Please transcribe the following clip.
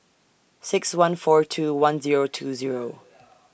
six one four two one Zero two Zero